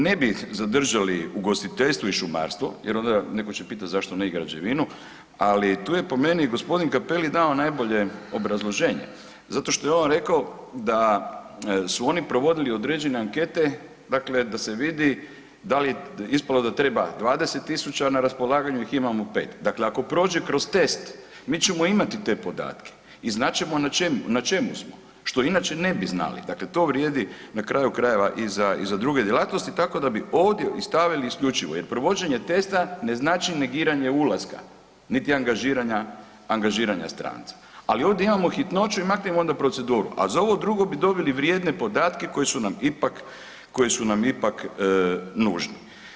Ne bi zadržali ugostiteljstvo i šumarstvo jer onda netko će pitat zašto ne i građevinu ali tu je po meni g. Capelli dao najbolje obrazloženje, zato što je on rekao da su oni provodili određene ankete dakle da se vidi da li ... 20 000 a na raspolaganju ih imamo 5. Dakle ako prođe kroz test, mi ćemo imati te podatke i znat ćemo na čemu smo što inače ne bi znali, dakle to vrijedi na kraju krajeva i za druge djelatnosti, tako da bi ovdje stavili isključivo jer provođenje testa ne znači negiranje ulaska, niti angažiranja stranaca ali ovdje imamo hitnoću i maknemo onda proceduru a za ovo drugo bi dobili vrijedne podatke koji su nam ipak nužni.